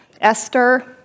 Esther